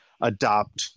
adopt